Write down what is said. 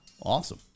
Awesome